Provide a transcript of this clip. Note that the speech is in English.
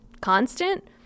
constant